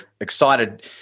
excited